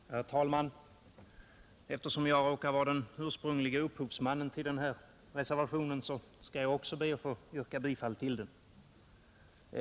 Herr talman! Eftersom jag råkar vara den ursprunglige upphovsmannen till denna reservation skall jag också be att få yrka bifall till den.